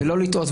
ולא לטעות,